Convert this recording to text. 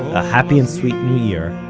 a happy and sweet new year,